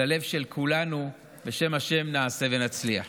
ללב של כולנו, בשם השם נעשה ונצליח.